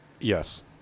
Yes